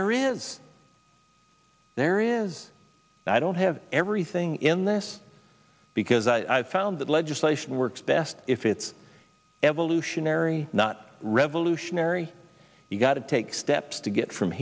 there is there is i don't have everything in this because i've found that legislation works best if it's evolutionary not revolutionary you've got to take steps to get from